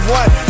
one